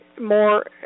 more